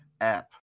app